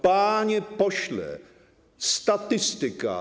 Panie pośle, statystyka.